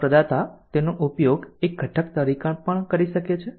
સેવા પ્રદાતા તેનો ઉપયોગ એક ઘટક તરીકે પણ કરી શકે છે